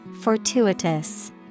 Fortuitous